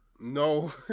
No